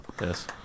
yes